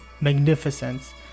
magnificence